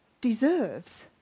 deserves